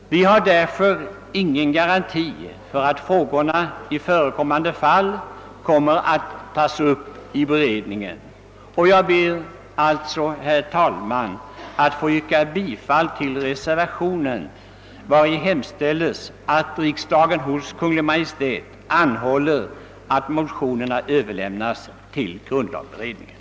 Vi har därför ingen garanti för att frågorna kommer att tas upp i beredningen. Herr talman! Jag ber alltså att få yrka bifall till reservationen, vari hemställes att riksdagen hos Kungl. Maj:t anhåller att motionerna överlämnas till grundlagberedningen.